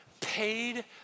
paid